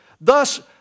Thus